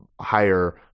higher